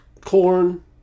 Corn